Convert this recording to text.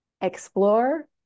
explore